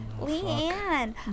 Leanne